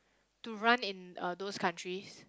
to run in uh those countries